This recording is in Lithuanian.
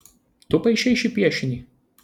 tu paišei šį piešinį